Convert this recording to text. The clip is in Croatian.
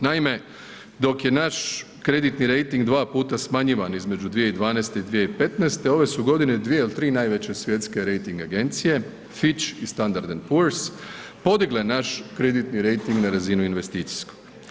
Naime, dok je naš kreditni rejting 2 puta smanjivan između 2012. i 2015. ove su godine dvije ili tri najveće svjetske rejting agencije Fitch i Stanadard & Poors podigle naš krediti rejting na razinu investicijsku.